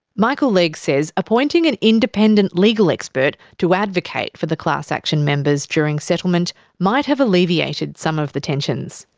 michael legg says appointing an independent legal expert to advocate for the class action members during settlement might have alleviated some of the tensions.